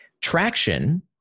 traction